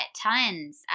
tons